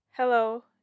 Hello